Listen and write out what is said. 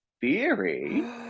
theory